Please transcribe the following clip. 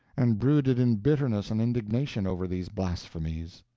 and brooded in bitterness and indignation over these blasphemies.